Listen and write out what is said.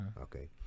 okay